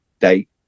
date